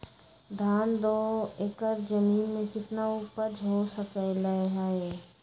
धान दो एकर जमीन में कितना उपज हो सकलेय ह?